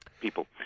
people